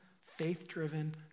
faith-driven